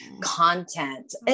content